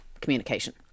communication